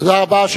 תודה רבה.